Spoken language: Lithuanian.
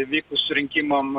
įvykus rinkimam